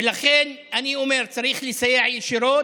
ולכן אני אומר, צריך לסייע ישירות.